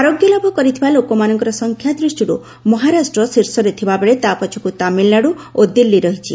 ଆରୋଗ୍ୟ ଲାଭ କରିଥିବା ଲୋକମାନଙ୍କ ସଂଖ୍ୟା ଦୃଷ୍ଟିରୁ ମହାରାଷ୍ଟ୍ର ଶୀର୍ଷରେ ଥିବାବେଳେ ତା' ପଛକୁ ତାମିଲନାଡୁ ଓ ଦିଲ୍ଲୀ ରହିଛି